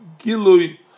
gilui